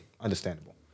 understandable